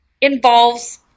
involves